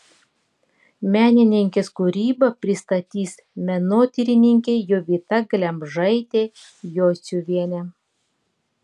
menininkės kūrybą pristatys menotyrininkė jovita glemžaitė jociuvienė